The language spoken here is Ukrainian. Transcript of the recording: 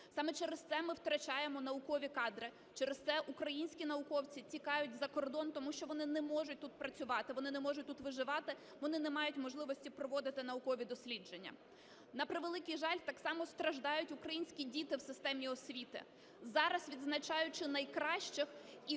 Саме через це ми втрачаємо наукові кадри, через це українські науковці тікають за кордон, тому що вони не можуть тут працювати, вони не можуть тут виживати, вони не мають можливості проводити наукові дослідження. На превеликий жаль, так само страждають українські діти в системі освіти. Зараз, відзначаючи найкращих і заслужено